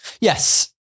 Yes